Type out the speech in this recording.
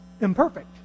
imperfect